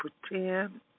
pretend